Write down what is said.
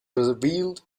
revealed